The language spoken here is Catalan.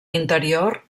interior